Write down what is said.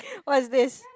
what is this